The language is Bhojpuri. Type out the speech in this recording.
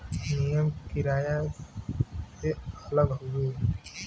नियम किराया से अलग हउवे